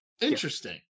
Interesting